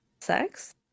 sex